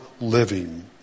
living